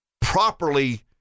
properly